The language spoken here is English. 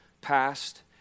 past